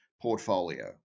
portfolio